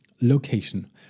Location